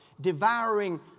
devouring